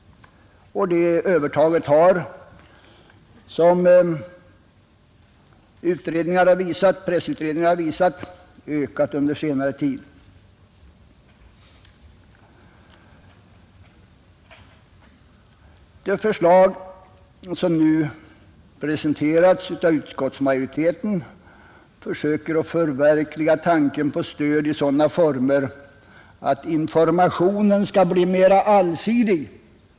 Detta övertag har, såsom pressutredningen visat, ökat under senare tid. Det förslag som nu presenteras av utskottsmajoriteten försöker förverkliga tanken på ett stöd i sådana former att informationen skall bli mer allsidig.